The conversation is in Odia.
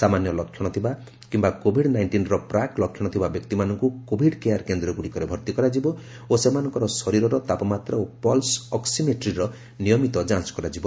ସାମାନ୍ୟ ଲକ୍ଷଣ ଥିବା କିମ୍ବା କୋଭିଡ୍ ନାଇଷ୍ଟିନ୍ର ପ୍ରାକ୍ ଲକ୍ଷଣ ଥିବା ବ୍ୟକ୍ତିମାନଙ୍କୁ କୋଭିଡ୍ କେୟାର କେନ୍ଦ୍ରଗୁଡ଼ିକରେ ଭର୍ତ୍ତି କରାଯିବ ଓ ସେମାନଙ୍କର ଶରୀରର ତାପମାତ୍ରା ଓ ପଲ୍ସ ଅକ୍ଟିମେଟ୍ରିର ନିୟମିତ ଯାଞ୍ଚ କରାଯିବ